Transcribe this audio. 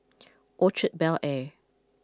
Orchard Bel Air